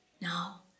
Now